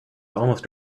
almost